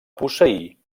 posseir